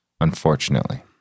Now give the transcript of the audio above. unfortunately